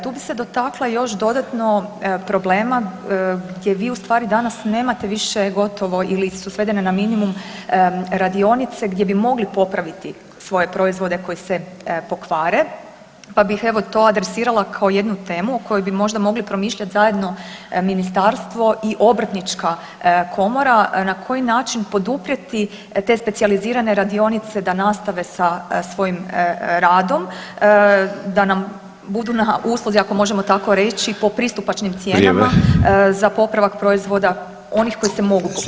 Tu bih se dotakla još dodatno problema gdje vi ustvari danas nemate više gotovo ili su svedene na minimum radionice gdje bi mogli popraviti svoje proizvode koji se pokvare, pa bih evo to adresirala kao jednu temu o kojoj bi možda mogli promišljati zajedno Ministarstvo i Obrtnička komora na koji način poduprijeti te specijalizirane radionice da nastave sa svojim radom da nam budu na usluzi ako možemo tako reći po pristupačnim cijenama za popravak proizvoda onih koji se mogu